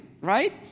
right